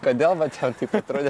kodėl vat taip atrodė